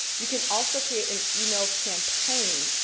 you can also create an email campaign,